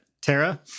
Tara